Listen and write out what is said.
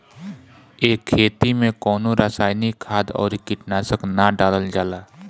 ए खेती में कवनो रासायनिक खाद अउरी कीटनाशक ना डालल जाला